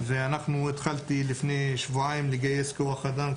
התחלתי לפני שבועיים לגייס כוח אדם.